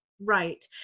Right